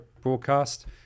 broadcast